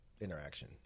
interaction